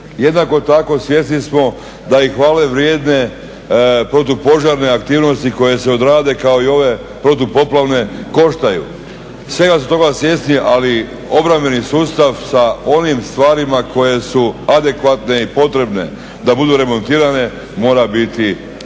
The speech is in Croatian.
Jednako tako svjesni smo da i hvale vrijedne protupožarne aktivnosti koje se odrade kao i ove protupoplavne koštaju. Svega smo toga svjesni, ali obrambeni sustav sa onim stvarima koje su adekvatne i potrebne da budu remontirane mora biti